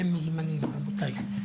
אתם מוזמנים, רבותיי.